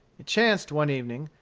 it chanced, one evening,